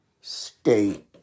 state